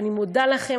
אני מודה לכם.